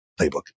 playbook